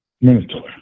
Minotaur